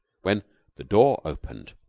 when the door opened,